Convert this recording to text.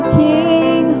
king